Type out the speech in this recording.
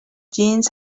jeans